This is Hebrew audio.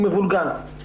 הוא מבולגן.